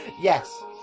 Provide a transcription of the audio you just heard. Yes